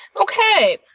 Okay